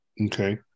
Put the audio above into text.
Okay